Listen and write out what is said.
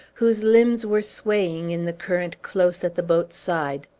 whose limbs were swaying in the current close at the boat's side.